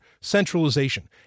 centralization